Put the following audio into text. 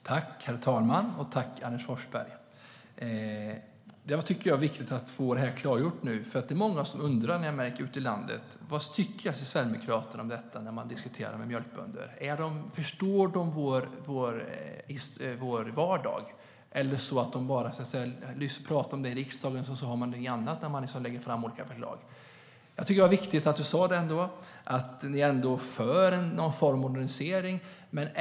Herr talman! Tack, Anders Forsberg! Det är viktigt att få det klargjort, för jag märker när jag diskuterar med mjölkbönder ute i landet att många undrar vad Sverigedemokraterna tycker. De undrar om Sverigedemokraterna förstår deras vardag eller om de bara talar om det i riksdagen och sedan lägger fram någonting annat. Det är viktigt att du sa att ni är för någon form av modernisering.